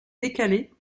décalée